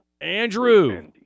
Andrew